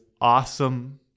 awesome